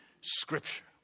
Scripture